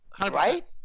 Right